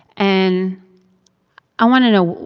and i want to know